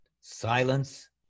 silence